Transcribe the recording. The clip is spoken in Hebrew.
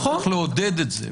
צריך לעודד את זה.